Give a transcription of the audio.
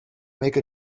make